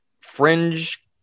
fringe